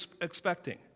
expecting